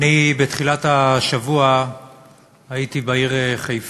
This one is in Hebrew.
בתחילת השבוע הייתי בעיר חיפה,